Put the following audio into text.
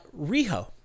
Riho